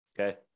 okay